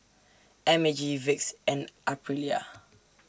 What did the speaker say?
M A G Vicks and Aprilia